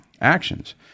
actions